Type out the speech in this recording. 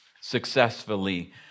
successfully